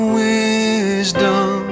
wisdom